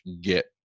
get